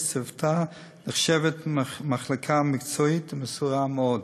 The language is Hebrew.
צוותה נחשבת מחלקה מקצועית ומסורה מאוד.